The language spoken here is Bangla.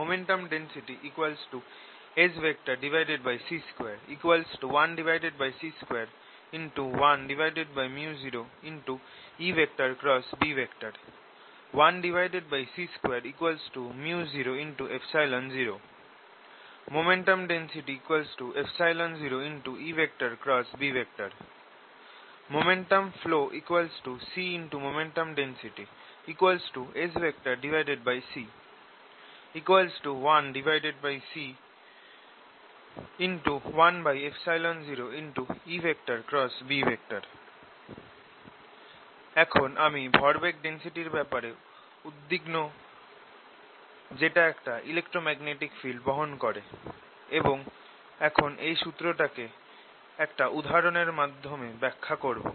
Momentum density Sc2 1c21µ0EB 1c2 µ00 Momentum density 0EB Momentum flow c×momentum density Sc 1c1µ0EB এখন আমি ভরবেগ ডেন্সিটি এর ব্যাপারে উদ্বিগ্ন যেটা একটা ইলেক্ট্রোম্যাগনেটিক ফিল্ড বহন করে এবং এখন এই সূত্র টাকে একটা উদাহরণের মাধ্যমে ব্যাখ্যা করবো